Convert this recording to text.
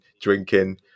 drinking